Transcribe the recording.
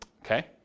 okay